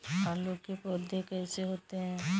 आलू के पौधे कैसे होते हैं?